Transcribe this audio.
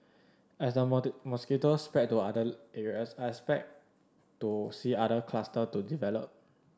as the mosquitoes spread to other areas I expect to see other cluster to develop